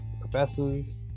professors